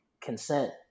consent